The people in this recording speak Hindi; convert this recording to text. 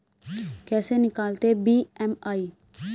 कैसे निकालते हैं बी.एम.आई?